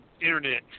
internet